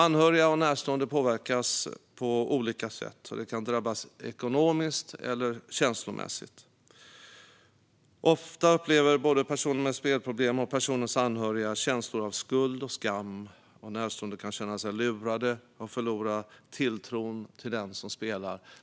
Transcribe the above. Anhöriga och närstående påverkas alltså på olika sätt, och de kan drabbas ekonomiskt eller känslomässigt. Ofta upplever både personer med spelproblem och deras anhöriga känslor av skuld och skam. Närstående kan känna sig lurade och förlora tilltron till den som spelar.